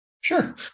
Sure